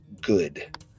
good